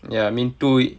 ya me too